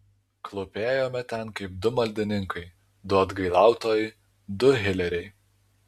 klūpėjome ten kaip du maldininkai du atgailautojai du hileriai